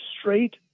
straight